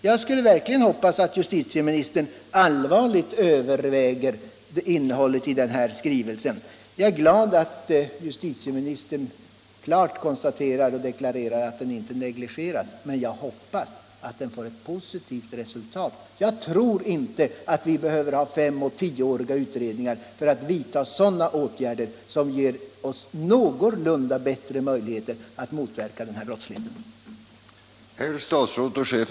Jag vill verkligen hoppas att justitieministern allvarligt överväger innehållet i denna skrivelse. Jag är glad att justitieministern klart deklarerar att den inte negligeras, men jag hoppas att den får ett positivt resultat. Enligt min mening behöver vi inte ha femoch tioåriga utredningar för att vidta sådana åtgärder som ger oss något bättre möjligheter att motverka den brottslighet det här gäller.